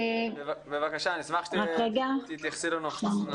בבקשה, אני אשמח שתתייחסי לנושא.